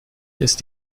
ist